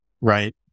Right